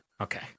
Okay